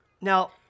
Now